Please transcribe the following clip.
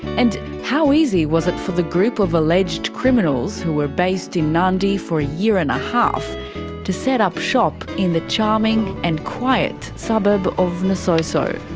and how easy was it for the group of alleged criminals who were based in nadi for a year and a half to set up shop in the charming and quiet suburb of nasoso?